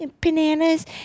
Bananas